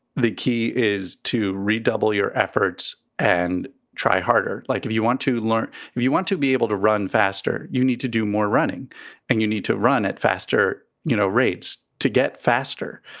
the key is to redouble your efforts and try harder. like, if you want to learn, if you want to be able to run faster, you need to do more running and you need to run at faster you know rates to get faster.